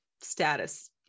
status